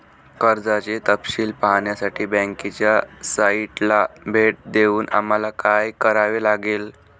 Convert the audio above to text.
कर्जाचे तपशील पाहण्यासाठी बँकेच्या साइटला भेट देऊन आम्हाला काय करावे लागेल?